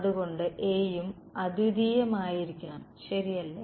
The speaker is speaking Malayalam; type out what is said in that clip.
അതുകൊണ്ട് A യും അദ്വതീയമായിരിക്കണം ശരിയല്ലേ